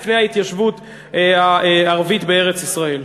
הרבה הרבה לפני ההתיישבות הערבית בארץ-ישראל.